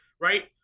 right